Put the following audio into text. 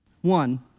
One